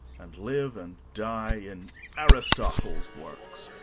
and live and die in aristotle's works.